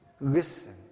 Listen